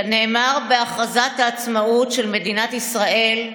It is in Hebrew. כנאמר בהכרזת העצמאות של מדינת ישראל: